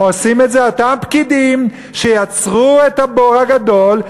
עושים את זה אותם פקידים שיצרו את הבור הגדול.